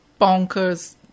bonkers